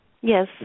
Yes